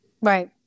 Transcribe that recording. Right